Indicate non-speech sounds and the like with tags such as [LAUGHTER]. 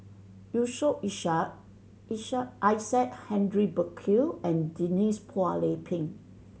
Yusof Ishak [UNINTELLIGIBLE] Isaac Henry Burkill and Denise Phua Lay Peng